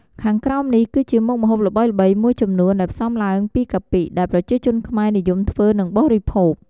ខាងក្រោមនេះ គឺជាមុខម្ហូបល្បីៗមួយចំនួនដែលផ្សំឡើងពីកាពិ ដែលប្រជាជនខ្មែរនិយមធ្វើនិងបរិភោគ។